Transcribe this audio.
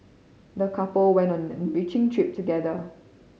the couple went on together